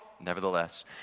Nevertheless